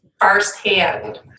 firsthand